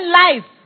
life